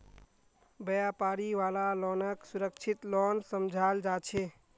व्यापारी वाला लोनक सुरक्षित लोन समझाल जा छे